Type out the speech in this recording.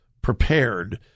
prepared